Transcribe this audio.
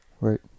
Right